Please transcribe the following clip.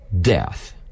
death